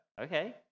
Okay